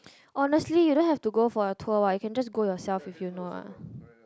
honestly you don't have to go for the tour what you can just go yourself if you know what